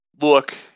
look